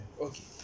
okay